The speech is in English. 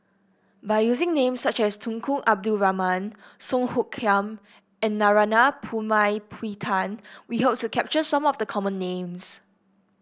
by using names such as Tunku Abdul Rahman Song Hoot Kiam and Narana Putumaippittan we hope to capture some of the common names